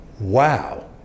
Wow